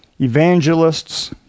evangelists